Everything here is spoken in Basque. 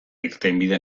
irtenbide